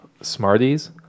smarties